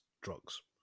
drugs